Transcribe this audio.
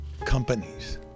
companies